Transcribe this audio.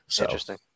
interesting